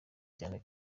cyane